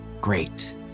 Great